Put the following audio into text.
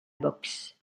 boxe